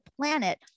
planet